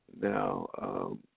Now